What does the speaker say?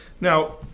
Now